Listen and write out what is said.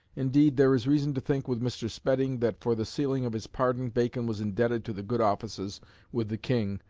indeed, there is reason to think with mr. spedding that for the sealing of his pardon bacon was indebted to the good offices with the king,